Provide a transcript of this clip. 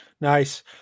Nice